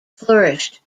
flourished